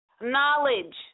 knowledge